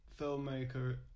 filmmaker